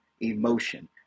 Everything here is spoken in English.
emotion